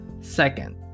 Second